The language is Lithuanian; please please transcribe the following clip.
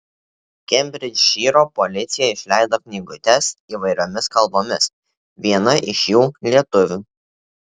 kembridžšyro policija išleido knygutes įvairiomis kalbomis viena iš jų lietuvių